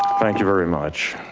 thank you very much.